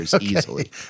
easily